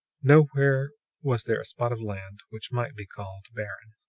nowhere was there a spot of land which might be called barren.